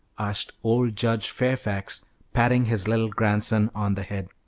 asked old judge fairfax, patting his little grandson on the head.